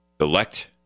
elect